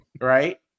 right